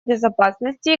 безопасности